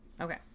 Okay